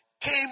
came